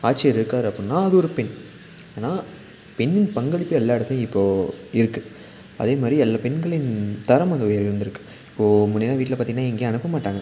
ஆட்சியர் இருக்கார் அப்புடினா அது ஒரு பெண் ஆனால் பெண்ணின் பங்களிப்பு எல்லா எடத்துலேயும் இப்போது இருக்குது அதே மாதிரி பெண்களின் தரம் வந்து உயர்ந்திருக்கு இப்போது முன்னேயெல்லாம் வீட்டில் பார்த்திங்கனா எங்கேயும் அனுப்பமாட்டாங்க